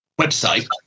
website